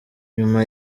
nyuma